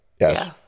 yes